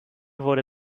wurde